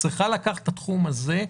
צריכה לקחת את התחום הזה,